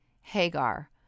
Hagar